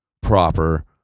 proper